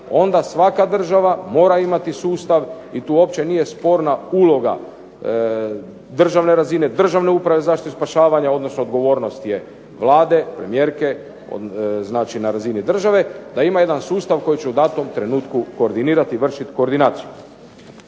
onda svaka država mora imati sustav i tu uopće nije sporna uloga državne razine, Državne uprave za zaštitu i spašavanje, odnosno odgovornost je Vlade, premijerke, znači na razini države da ima jedan sustav koji će u datom trenutku koordinirati i vršiti koordinaciju.